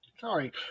sorry